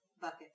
bucket